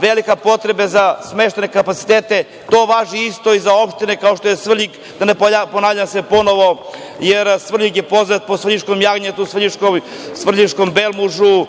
velike potrebe za smeštajne kapacitete. To isto važi i za opštine kao što je Svrljig, da se ne ponavljam, jer Svrljig je poznat po svrljiškom jagnjetu, svrljiškom belmužu,